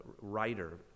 writer